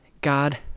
God